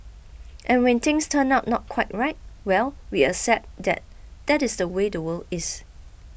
and when things turn out not quite right well we accept that that is the way the world is